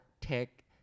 tech